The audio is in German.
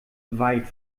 weit